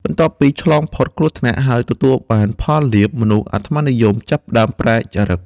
បន្ទាប់ពីឆ្លងផុតគ្រោះថ្នាក់ ហើយទទួលបានផលលាភ មនុស្សអាត្មានិយមចាប់ផ្ដើមប្រែចរិត។